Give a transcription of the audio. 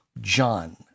John